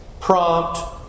prompt